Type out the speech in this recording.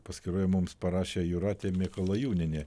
paskyroje mums parašė jūratė mikalajūnienė